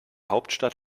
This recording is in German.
hauptstadt